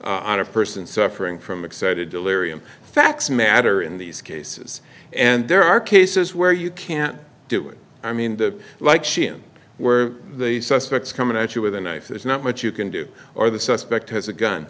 force on a person suffering from excited delirium facts matter in these cases and there are cases where you can't do it i mean the like sheen where the suspects come at you with a knife there's not much you can do or the suspect has a gun